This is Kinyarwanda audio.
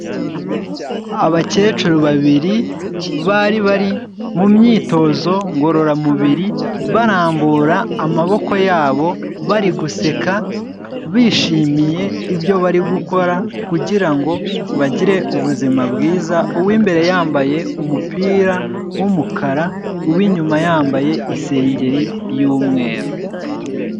Abakecuru babiri bari bari mu myitozo ngororamubiri, barambura amaboko yabo bari guseka bishimiye ibyo bari gukora, kugira ngo bagire ubuzima bwiza, uw'imbere yambaye umupira w'umukara, uw'inyuma yambaye isengeri y'umweru.